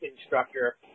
instructor